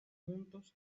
juntos